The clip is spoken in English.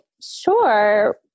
sure